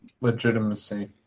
legitimacy